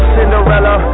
Cinderella